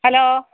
hello